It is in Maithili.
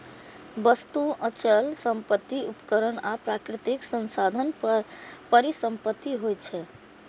वस्तु, अचल संपत्ति, उपकरण आ प्राकृतिक संसाधन परिसंपत्ति होइ छै